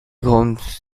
homes